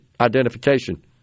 identification